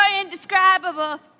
indescribable